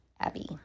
Abby